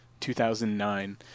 2009